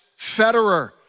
Federer